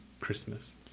Christmas